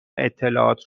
اطلاعات